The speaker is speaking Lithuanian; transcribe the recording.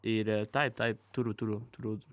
ir taip taip turiu turiu turiu